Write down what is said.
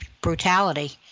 brutality